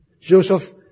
Joseph